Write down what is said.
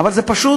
אבל זה פשוט,